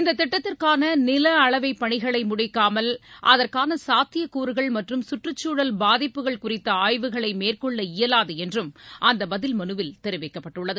இந்ததிட்டத்திற்கானநிலஅளவைபணிகள் முடிக்காமல் அதற்கானசாத்தியகூறுகள் மற்றும் சுற்றுகுழல் பாதிப்புகள் குறித்தஆய்வுகளைமேற்கொள்ள இயலாதுஎன்றும் அந்தபதில் மனுவில் தெரிவிக்கப்பட்டுள்ளது